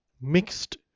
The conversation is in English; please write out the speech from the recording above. mixed